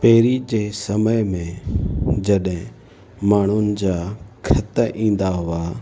पहिरीं जे समय में जॾहिं माण्हुनि जा ख़त ईंदा हुआ